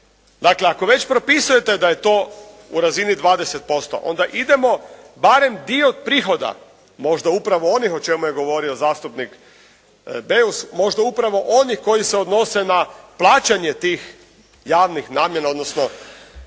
Dakle, ako već propisujete da je to u razini 20% onda idemo barem dio prihoda možda upravo onih o čemu je govorio zastupnik Beus, možda upravo oni koji se odnose na plaćanje tih javnih namjena, odnosno